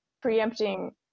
preempting